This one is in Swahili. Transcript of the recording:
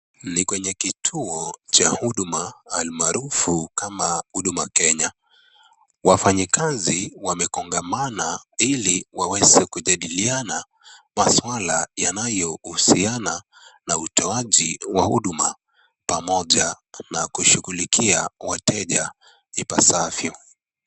Ni kwenye kituo cha huduma almaarufu kama Huduma Kenya, wafanyikazi kazi wamekongamana ili waweze kujadiliana maswala yanayohusiana na utoaji wa huduma pamoja na kushughulikia wateja ipasavyo.